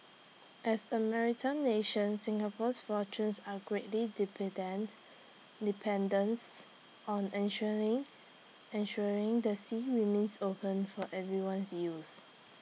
as A maritime nation Singapore's fortunes are greatly dependent dependence on ensuring the sea remains open for everyone's use